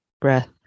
breath